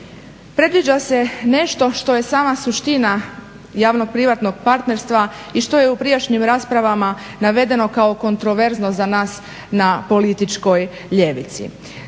Predviđa se nešto što je sama suština javno-privatnog partnerstva i što je u prijašnjim raspravama navedeno kao kontroverzno za nas na političkoj ljevici.